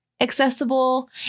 accessible